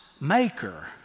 maker